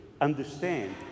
understand